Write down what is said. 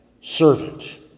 servant